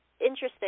Interesting